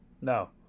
No